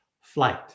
flight